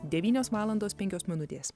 devynios valandos penkios minutės